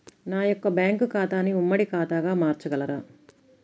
నా యొక్క బ్యాంకు ఖాతాని ఉమ్మడి ఖాతాగా మార్చగలరా?